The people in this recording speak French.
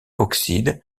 oxyde